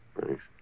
Thanks